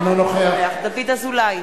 אינו נוכח דוד אזולאי,